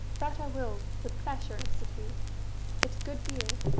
that i will, with pleasure, said he it's good beer.